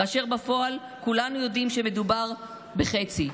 כאשר בפועל כולנו יודעים שמדובר בחצי,